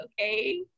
okay